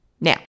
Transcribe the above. Now